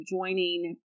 joining